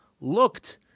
looked